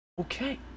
Okay